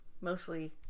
mostly